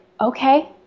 okay